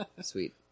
Sweet